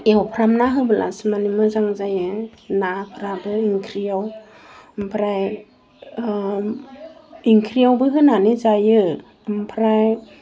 एवफ्रामनानै होब्लासो माने मोजां जायो नाफ्राबो ओंख्रियाव आमफ्राय इंख्रियावबो होनानै जायो आमफ्राय